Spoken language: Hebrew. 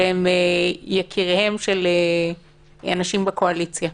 שהם יקיריהם של אנשים בקואליציה.